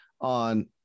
on